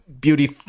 beauty